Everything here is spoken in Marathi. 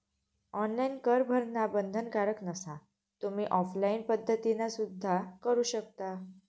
ऑनलाइन कर भरणा बंधनकारक नसा, तुम्ही ऑफलाइन पद्धतीना सुद्धा करू शकता